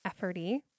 efforty